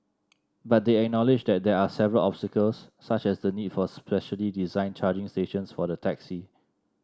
but they acknowledged that there are several obstacles such as the need for specially designed charging stations for the taxi